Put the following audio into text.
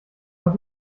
hat